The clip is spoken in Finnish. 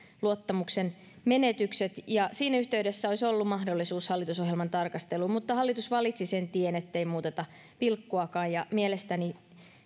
luottamuksen menetykset siinä yhteydessä olisi ollut mahdollisuus hallitusohjelman tarkasteluun mutta hallitus valitsi sen tien ettei muuteta pilkkuakaan ja mielestäni